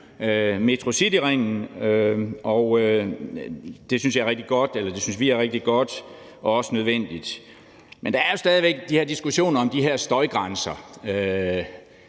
Metrocityringen – og det synes vi er rigtig godt og også nødvendigt. Men der er stadig væk de her diskussioner om de her støjgrænser,